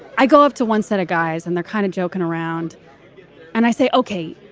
i go up to one set of guys and they're kind of joking around and i say, ok,